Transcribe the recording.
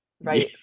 right